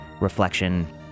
Reflection